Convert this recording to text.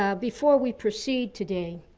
ah before we proceed today,